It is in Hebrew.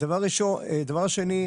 דבר שני,